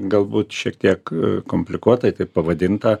galbūt šiek tiek komplikuotai taip pavadinta